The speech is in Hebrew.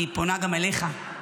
אני פונה גם אליך.